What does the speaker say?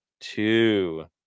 two